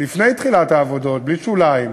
לפני תחילת העבודות: בלי שוליים,